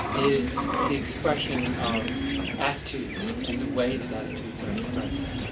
is the expression of attitudes and the way that attitudes are expressed,